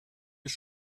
ist